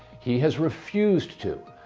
he has refused to,